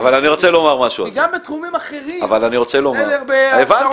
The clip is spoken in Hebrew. כי גם בתחומים אחרים אין הרבה הכשרות